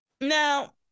Now